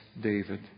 David